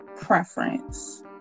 preference